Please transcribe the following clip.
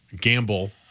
gamble